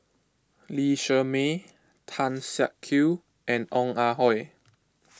Lee Shermay Tan Siak Kew and Ong Ah Hoi